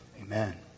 amen